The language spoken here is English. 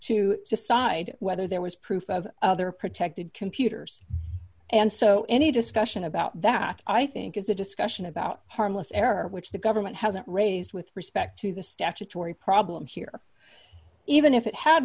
to decide whether there was proof of other protected computers and so any discussion about that i think is a discussion about harmless error which the government hasn't raised with respect to the statutory problem here even if it had